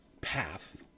path